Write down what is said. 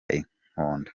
inkonda